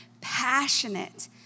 passionate